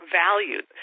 valued